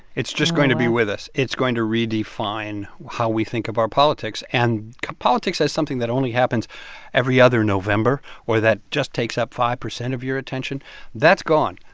it's just going to be with us. it's going to redefine how we think of our politics. and politics as something that only happens every other november or that just takes up five percent of your attention that's gone.